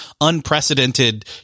unprecedented